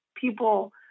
people